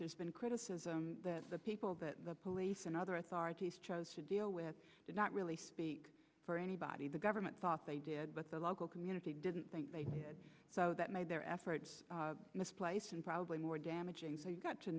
there's been criticism that the people that the police and other authorities chose to deal with did not really speak for anybody the government thought they did but the local community didn't think so that made their efforts misplaced and probably more damaging so you've got to